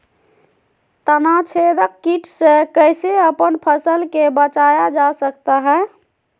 तनाछेदक किट से कैसे अपन फसल के बचाया जा सकता हैं?